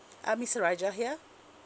uh miss raja here